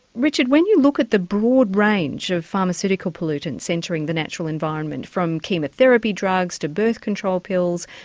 richard when you look at the broad range of pharmaceutical pollutants entering the natural environment from chemotherapy drugs, to birth control pills,